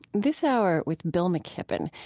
this hour, with bill mckibben,